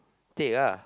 take lah